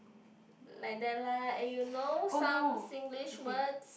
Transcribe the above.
like that lah and you know some Singlish words